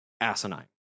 asinine